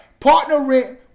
partnering